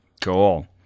Cool